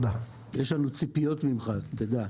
יש לנו ציפיות ממך, שתדע.